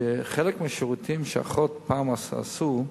שחלק מהשירותים שפעם עשתה אחות,